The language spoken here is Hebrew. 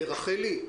רחלי,